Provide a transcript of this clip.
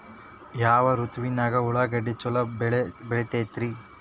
ಯಾವ ಋತುವಿನಾಗ ಉಳ್ಳಾಗಡ್ಡಿ ಛಲೋ ಬೆಳಿತೇತಿ ರೇ?